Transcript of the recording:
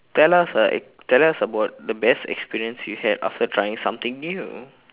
tell us like tell us about the best experience you had after trying something new